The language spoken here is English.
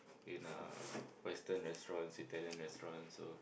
in uh Western restaurants Italian restaurants so